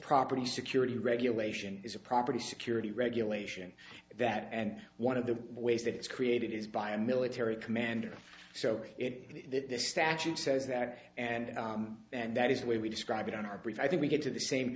property security regulation is a property security regulation that and one of the ways that it's created is by a military commander so it that this statute says that and and that is the way we describe it in our brief i think we get to the same